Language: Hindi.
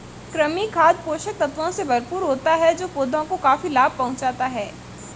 कृमि खाद पोषक तत्वों से भरपूर होता है जो पौधों को काफी लाभ पहुँचाता है